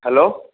hello